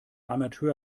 amateur